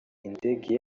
indege